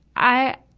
i,